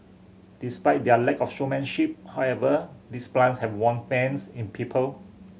despite their lack of showmanship however these plants have won fans in people